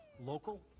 local